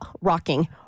rocking